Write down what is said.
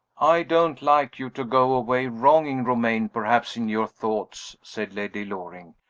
i don't like you to go away, wronging romayne perhaps in your thoughts, said lady loring.